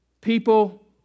people